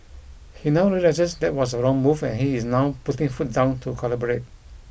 he now realises that was a wrong move and he is now putting foot down to collaborate